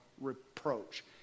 reproach